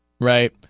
Right